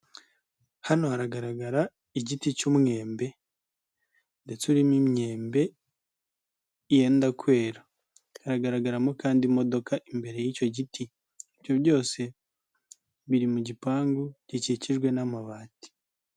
Hano haragaragara igiti cy'umwembe ndetse urimo' imyembe yenda kwera, hagaragaramo kandi imodoka imbere y'icyo giti, ibyo byose biri mu gipangu gikikijwe n'amabati.